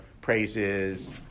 praises